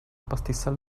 pastizal